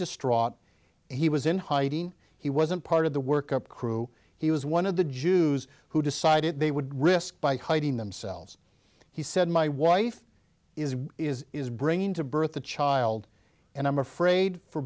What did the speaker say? distraught he was in hiding he wasn't part of the work up crew he was one of the jews who decided they would risk by hiding themselves he said my wife is is is bringing to birth a child and i'm afraid for